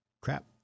crap